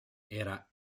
era